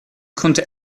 konnte